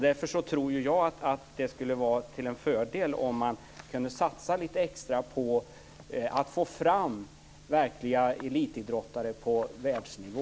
Därför tror jag att det skulle vara till fördel om man kunde satsa lite extra på att få fram verkliga elitidrottare på världsnivå.